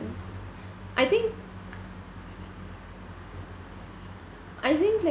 I think I think like